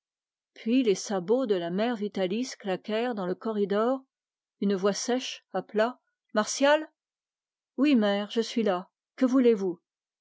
puis les sabots de la mère vitalis claquèrent dans le corridor une voix sèche appela martial oui mère je suis là que voulez-vous